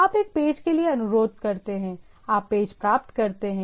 आप एक पेज के लिए अनुरोध करते हैं आप पेज प्राप्त करते हैं